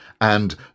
and